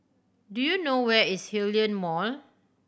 do you know where is Hillion Mall